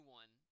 one